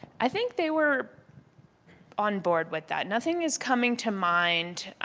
i think they were on board with that. nothing is coming to mind